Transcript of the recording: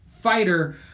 fighter